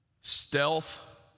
stealth